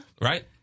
right